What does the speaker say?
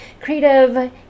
creative